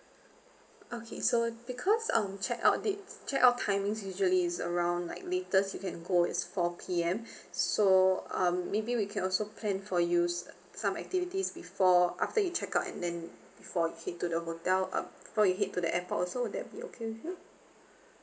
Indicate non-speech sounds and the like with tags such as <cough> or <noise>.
okay so because um check out date check out timing usually is around like latest you can go is four P_M <breath> so um maybe we can also plan for you some activities before after you check out and then before you head to the hotel um before you head to the airport also will that be okay with you